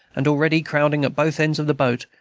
and already, crowding at both ends of the boat,